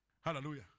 Hallelujah